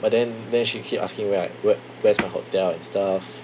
but then then she keep asking where I where where's my hotel and stuff